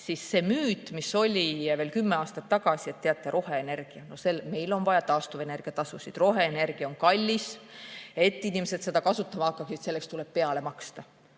siis see müüt, mis oli veel kümme aastat tagasi, et teate, meil on vaja taastuvenergia tasusid, roheenergia on kallis, et inimesed seda kasutama hakkaksid, selleks tuleb peale maksta,